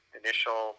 initial